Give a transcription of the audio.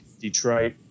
Detroit